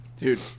Dude